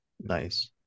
Nice